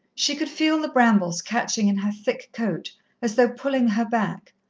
she could feel the brambles catching in her thick coat as though pulling her back,